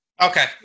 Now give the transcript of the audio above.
Okay